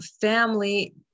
family